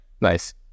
nice